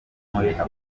afurika